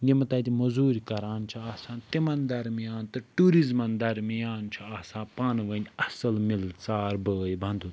یِم تَتہِ مزوٗرۍ کَران چھِ آسان تِمَن درمیان تہٕ ٹیٛوٗرِزمَن درمیان چھُ آسان پانہٕ وٲنۍ اصٕل مِلہٕ ژار بھٲے بَندُت